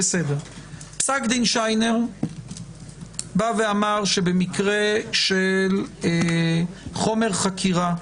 פסק דין שיינר אמר שבמקרה של חומר חקירה,